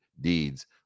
deeds